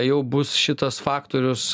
jau bus šitas faktorius